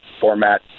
format